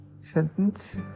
sentence